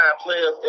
players